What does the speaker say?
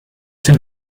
den